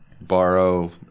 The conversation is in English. borrow